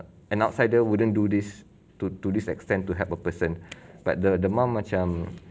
an outsider wouldn't do this to to this extend to help a person but the mum macam